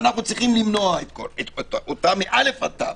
עלינו למנוע אותם מאל"ף עד תי"ו.